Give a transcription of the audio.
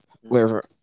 wherever